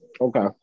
Okay